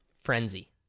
Frenzy